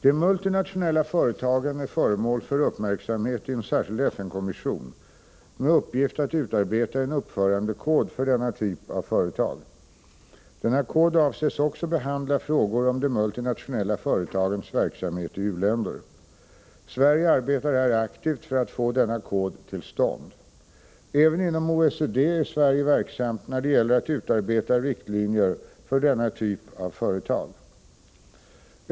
De multinationella företagen är föremål för uppmärksamhet i en särskild FN-kommission med uppgift att utarbeta en uppförandekod för denna typ av företag. Denna kod avses också behandla frågor om de multinationella företagens verksamhet i u-länder. Sverige arbetar här aktivt för att få denna kod till stånd. Även inom OECD är Sverige verksamt när det gäller att utarbeta riktlinjer för denna typ av företag.